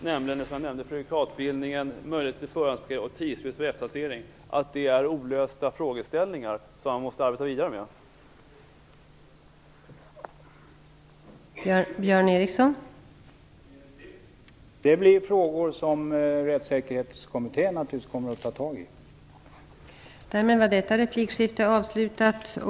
Jag nämnde att frågorna om prejudikatsbildningen, möjligheten till förhandsbesked och tidsfristerna för eftertaxering är olösta och att man måste arbeta vidare med dem.